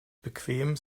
bequem